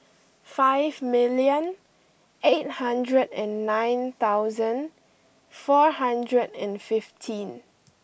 five million eight hundred and nine thousand four hundred and fifteen